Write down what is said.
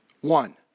One